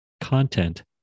content